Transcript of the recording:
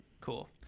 Cool